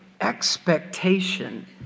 expectation